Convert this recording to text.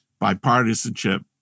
bipartisanship